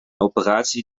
operatie